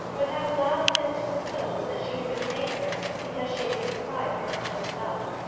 but had allowed him to suppose that she had been angered because she had been deprived of her uncle's wealth.